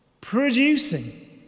producing